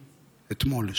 אתמול,